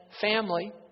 family